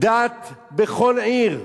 דת בכל עיר,